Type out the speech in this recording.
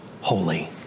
holy